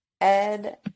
Ed